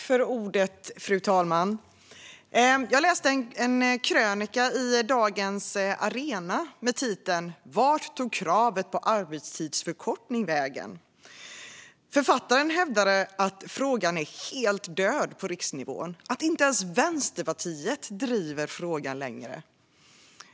Fru talman! Jag läste en krönika i Dagens Arena med titeln "Vart tog kravet på kortare arbetstid vägen?". Författaren hävdade att frågan är helt död på riksnivån och att inte ens Vänsterpartiet driver den längre.